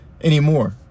anymore